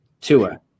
Tua